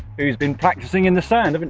who's been practicing in the sand, haven't